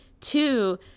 Two